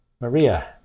Maria